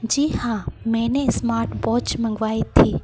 जी हाँ मैंने smart watch मँगवाई थी